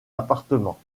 appartements